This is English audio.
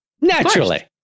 Naturally